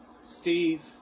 Steve